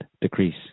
decrease